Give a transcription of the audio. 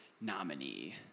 nominee